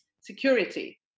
security